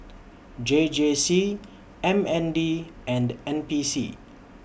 J J C M N D and N P C